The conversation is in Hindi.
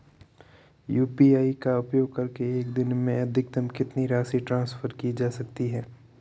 यू.पी.आई का उपयोग करके एक दिन में अधिकतम कितनी राशि ट्रांसफर की जा सकती है?